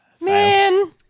Man